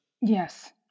Yes